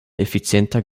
effizienter